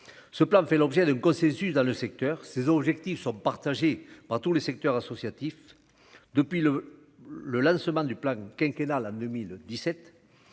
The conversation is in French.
ce plan fait l'objet d'un consensus dans le secteur, ces objectifs sont partagées par tout le secteur associatif depuis le le lancement du plan quinquennal à 2017